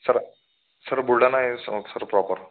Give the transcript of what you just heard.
sir Buldhana आहे sir proper